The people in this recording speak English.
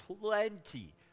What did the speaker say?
plenty